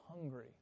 hungry